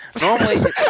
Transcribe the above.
Normally